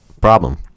problem